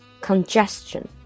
congestion